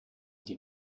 die